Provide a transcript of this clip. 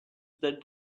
that